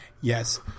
Yes